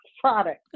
product